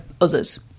Others